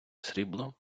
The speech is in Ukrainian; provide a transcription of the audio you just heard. срібло